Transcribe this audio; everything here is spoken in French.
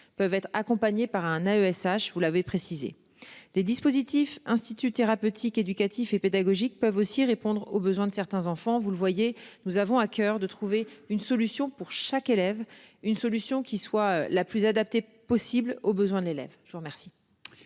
peuvent être accompagnés par un AESH vous l'avez précisé les dispositifs institut thérapeutique éducatif et pédagogique peuvent aussi répondre aux besoins de certains enfants, vous le voyez, nous avons à coeur de trouver une solution pour chaque élève, une solution qui soit la plus adaptée possible aux besoins de l'élève. Je vous remercie.